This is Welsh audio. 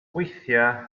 weithiau